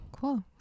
Cool